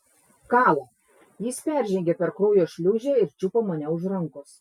kala jis peržengė per kraujo šliūžę ir čiupo mane už rankos